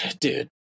Dude